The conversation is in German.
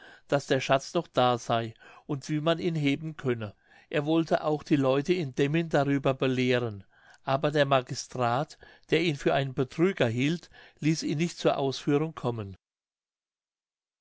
daß der schatz noch da sey und wie man ihn heben könne er wollte auch die leute in demmin hierüber belehren aber der magistrat der ihn für einen betrüger hielt ließ ihn nicht zur ausführung kommen